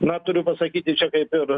na turiu pasakyti čia kaip ir